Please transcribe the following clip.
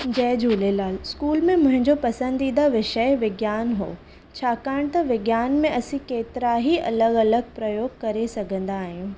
जय Jhulelal school में मुंहिंजो पसंदीदा विषय विज्ञान हो छाकाणि त विज्ञान में असीं केतिरा ई अलॻि अलॻि प्रयोग करे सघंदा आहियूं